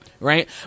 right